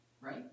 right